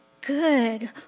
good